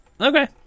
Okay